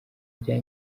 bya